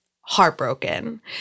heartbroken